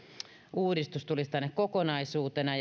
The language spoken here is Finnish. uudistus tulisi tänne kokonaisuutena